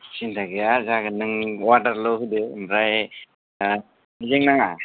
सिन्था गैया जागोन नों वाडार ल' होदो ओमफ्राय हाइजें नाङा